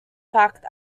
fact